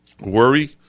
worry